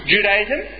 Judaism